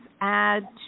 add